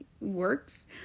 works